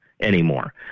anymore